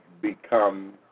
become